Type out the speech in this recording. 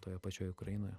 toje pačioje ukrainoje